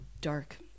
dark